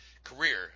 Career